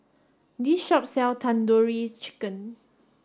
this shop sells Tandoori Chicken